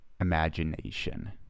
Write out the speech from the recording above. imagination